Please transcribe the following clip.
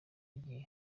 igihe